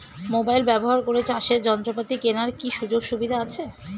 Mobile ব্যবহার করে চাষের যন্ত্রপাতি কেনার কি সুযোগ সুবিধা আছে?